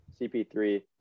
CP3